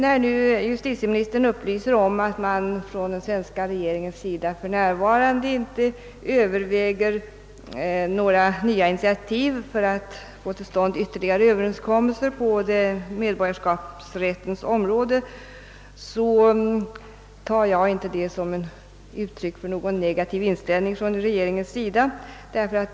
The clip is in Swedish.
När justitieministern nu upplyser om att den svenska regeringen för närvarande inte överväger några nya initiativ för att få till stånd ytterligare överenskommelser på medborgarskapsrättens område, så tar jag inte det som ett uttryck för någon negativ inställning från regeringens sida.